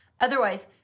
otherwise